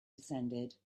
descended